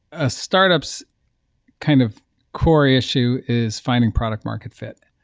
a startup's kind of core issue is finding product market fit.